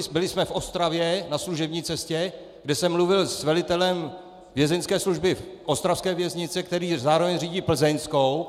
Byli jsme v Ostravě na služební cestě, kde jsem mluvil s velitelem vězeňské služby ostravské věznice, který zároveň řídí plzeňskou.